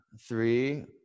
Three